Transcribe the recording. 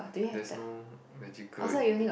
there's no magical in